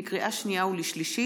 לקריאה שניה ולקריאה שלישית,